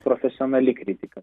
profesionali kritika